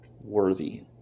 worthy